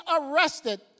arrested